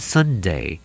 Sunday